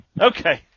okay